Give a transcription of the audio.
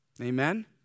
Amen